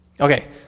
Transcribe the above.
Okay